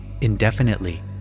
indefinitely